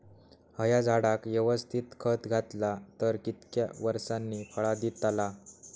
हया झाडाक यवस्तित खत घातला तर कितक्या वरसांनी फळा दीताला?